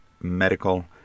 medical